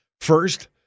First